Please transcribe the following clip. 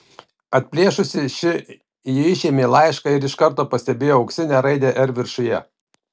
atplėšusi šį ji išėmė laišką ir iš karto pastebėjo auksinę raidę r viršuje